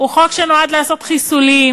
הוא חוק שנועד לעשות חיסולים.